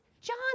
John